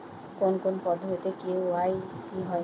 কোন কোন পদ্ধতিতে কে.ওয়াই.সি হয়?